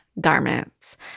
garments